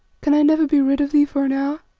can i never be rid of thee for an hour?